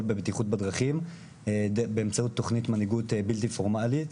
בבטיחות בדרכים באמצעות תכנית מנהיגות בלתי פורמלית,